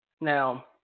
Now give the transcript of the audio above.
now